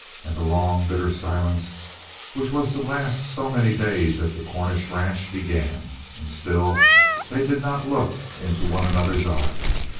and the long, bitter silence which was to last so many days at the cornish ranch began. and still they did not look into one another's eyes.